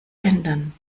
ändern